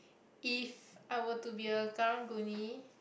if I were to be a Karang-Guni